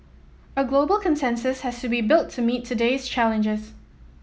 a global consensus has to be built to meet today's challenges